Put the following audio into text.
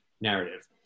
narrative